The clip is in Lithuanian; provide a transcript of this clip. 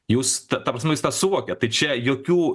jūs ta prasme viską suvokiat tai čia jokių